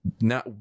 now